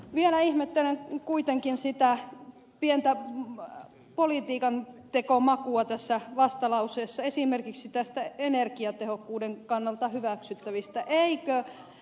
vielä ihmettelen kuitenkin sitä pientä politiikanteon makua vastalauseessa esimerkiksi energiatehokkuuden kannalta hyväksyttävistä asioista